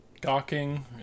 gawking